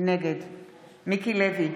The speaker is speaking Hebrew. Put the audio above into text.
נגד מיקי לוי,